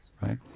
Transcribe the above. right